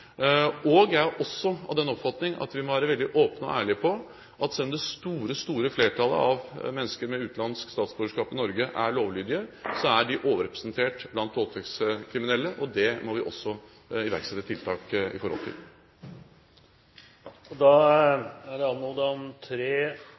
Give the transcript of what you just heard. Jeg er også av den oppfatning at vi må være veldig åpne og ærlige på at selv om det store flertallet av mennesker med utenlandsk statsborgerskap i Norge er lovlydige, er de overrepresentert blant voldtektskriminelle, og det må vi også iverksette tiltak i forhold til. Det er anmodet om tre oppfølgingsspørsmål, og